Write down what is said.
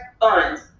funds